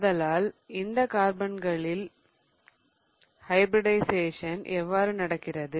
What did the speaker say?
ஆதலால் இந்த கலவைகளில் கார்பனின் ஹைபிரிடிஷயேசன் இவ்வாறு நடக்கிறது